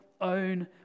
own